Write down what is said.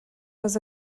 was